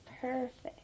Perfect